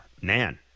man